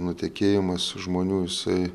nutekėjimas žmonių jisai